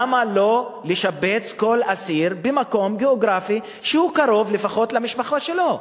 למה לא לשבץ כל אסיר במקום גיאוגרפי שקרוב לפחות למשפחה שלו?